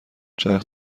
چرخ